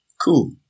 Cool